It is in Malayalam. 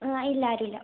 ഇല്ല ആരും ഇല്ല